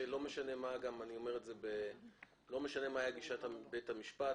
לא משנה מה הייתה גישת בית המשפט,